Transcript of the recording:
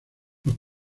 los